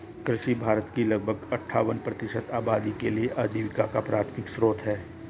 कृषि भारत की लगभग अट्ठावन प्रतिशत आबादी के लिए आजीविका का प्राथमिक स्रोत है